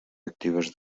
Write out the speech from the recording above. actives